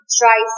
try